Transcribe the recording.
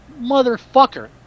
motherfucker